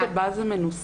אפילו הצורה שבה זה מנוסח,